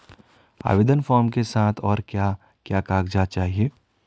आवेदन फार्म के साथ और क्या क्या कागज़ात चाहिए?